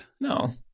No